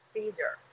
Caesar